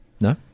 No